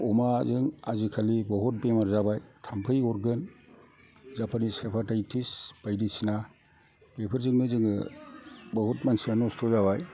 अमाजों आजिखालि बहुद बेमार जाबाय थाम्फै अरगोन जापानिस हेपाटाइटिस बायदिसिना बेफोरजोंनो जोङो बहुद मानसिया नस्थ' जाबाय